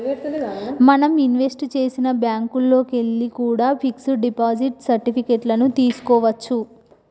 మనం ఇన్వెస్ట్ చేసిన బ్యేంకుల్లోకెల్లి కూడా పిక్స్ డిపాజిట్ సర్టిఫికెట్ లను తీస్కోవచ్చు